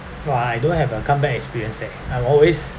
!wah! I don't have a comeback experience leh I'm always